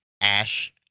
Ash